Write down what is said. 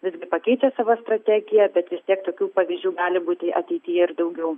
visgi pakeičia savo strategiją bet vis tiek tokių pavyzdžių gali būti ateityje ir daugiau